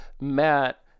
Matt